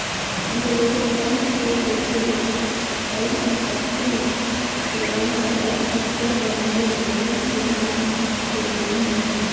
निवेश बैंक खरीद बिक्री परिसंपत्ति प्रबंध और फुटकर बैंकिंग जैसी सुविधायें देते हैं